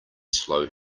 slow